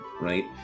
right